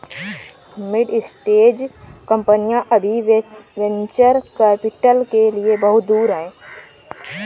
mid stage कंपनियां अभी venture capital के लिए बहुत दूर हैं